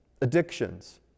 addictions